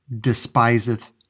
despiseth